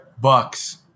Bucks